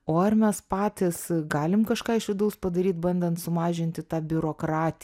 o ar mes patys galim kažką iš vidaus padaryt bandant sumažinti tą biurokratiją